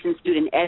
student